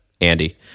Andy